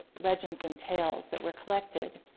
legends and tales that were collected.